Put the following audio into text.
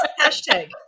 hashtag